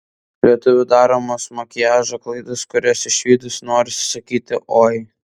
lietuvių daromos makiažo klaidos kurias išvydus norisi sakyti oi